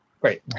great